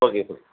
okay sir